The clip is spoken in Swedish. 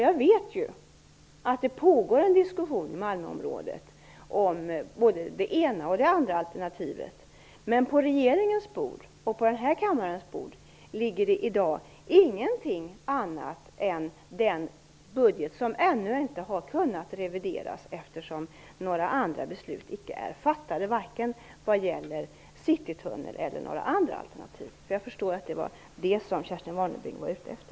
Jag vet att det pågår en diskussion i Malmöområdet om både det ena och det andra alternativet, men på regeringens bord och den här kammarens bord ligger det i dag ingenting annat än den budget som ännu inte har kunnat revideras eftersom några andra beslut icke är fattade, varken om citytunnel eller om några andra alternativ. Jag förstår att det var detta Kerstin Warnerbring var ute efter.